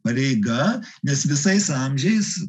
pareiga nes visais amžiais